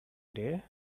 day